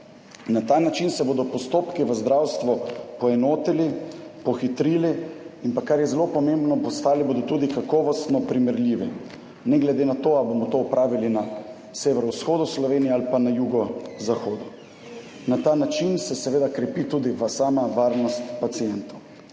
Na ta način se bodo postopki v zdravstvu poenotili, pohitrili in pa, kar je zelo pomembno, postali bodo tudi kakovostno primerljivi, ne glede na to, ali bomo to opravili na severovzhodu Slovenije ali pa na jugozahodu. Na ta način se seveda krepi tudi sama varnost pacientov.